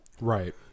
Right